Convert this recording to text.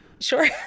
Sure